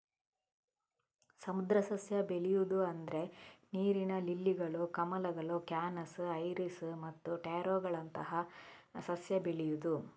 ಸಮುದ್ರ ಸಸ್ಯ ಬೆಳೆಯುದು ಅಂದ್ರೆ ನೀರಿನ ಲಿಲ್ಲಿಗಳು, ಕಮಲಗಳು, ಕ್ಯಾನಸ್, ಐರಿಸ್ ಮತ್ತೆ ಟ್ಯಾರೋಗಳಂತಹ ಸಸ್ಯ ಬೆಳೆಯುದು